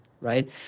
right